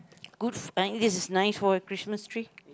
good find this is nice for a Christmas tree